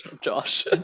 Josh